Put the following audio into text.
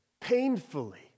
painfully